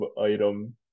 item